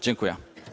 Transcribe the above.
Dziękuję.